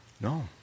No